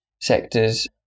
sectors